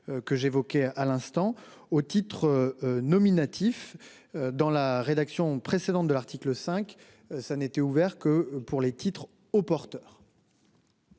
Que j'évoquais à l'instant au titre nominatif. Dans la rédaction précédente de l'article 5. Ça n'était ouvert que pour les titres au porteur.--